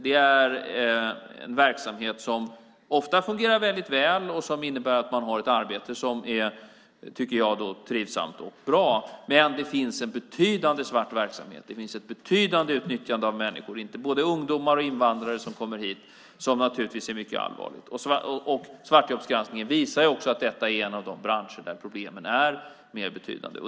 Det är en verksamhet som ofta fungerar väl och som innebär att man har ett arbete som är trivsamt och bra. Men det finns en betydande svart verksamhet. Det finns ett betydande utnyttjande av människor, både ungdomar och invandrare, som naturligtvis är mycket allvarligt. Svartjobbsgranskningen visar också att detta är en av de branscher där problemen är mer betydande.